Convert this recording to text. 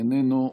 איננו,